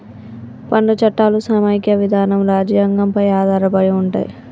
పన్ను చట్టాలు సమైక్య విధానం రాజ్యాంగం పై ఆధారపడి ఉంటయ్